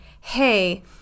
Hey